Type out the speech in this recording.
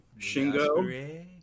Shingo